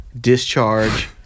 discharge